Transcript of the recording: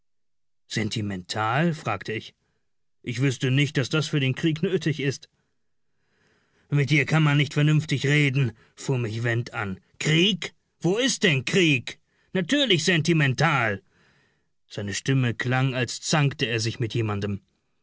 sentimental fragte ich ich wüßte nicht daß das für den krieg nötig ist mit dir kann man nicht vernünftig reden fuhr mich went an krieg wo ist denn krieg natürlich sentimental seine stimme klang als zankte er sich mit jemandem